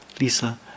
Lisa